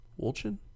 wolchin